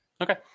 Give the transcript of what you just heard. Okay